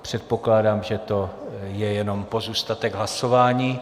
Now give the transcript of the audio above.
Předpokládám, že to je jenom pozůstatek hlasování.